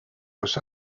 los